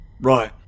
Right